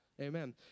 Amen